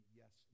yes